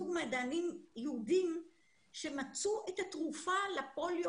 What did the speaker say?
שני מדענים יהודים שמצאו את התרופה לפוליו